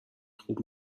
خوب